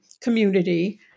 community